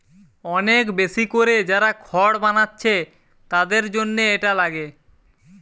অনেক বেশি কোরে যারা খড় বানাচ্ছে তাদের জন্যে এটা লাগে